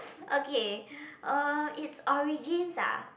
okay uh it's origins ah